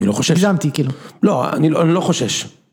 ‫אני לא חושש. ‫הגזמתי, כאילו. ‫לא, אני.. אני לא חושש.